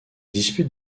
dispute